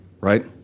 right